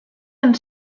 and